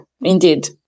indeed